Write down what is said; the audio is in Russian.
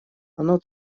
оно